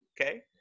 okay